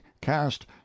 cast